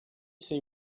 see